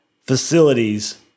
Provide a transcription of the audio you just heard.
facilities